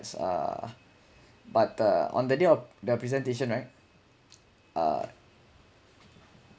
it's uh but uh on the day of the representation right uh